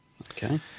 Okay